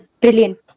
brilliant